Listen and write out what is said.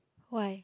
why